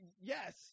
Yes